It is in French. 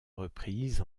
reprises